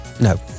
No